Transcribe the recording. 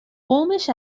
قومش